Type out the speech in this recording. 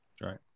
Right